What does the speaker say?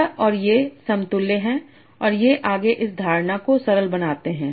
यह और ये समतुल्य हैं और ये आगे इस धारणा को सरल बनाते हैं